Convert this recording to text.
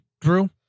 Drew